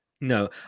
No